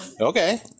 Okay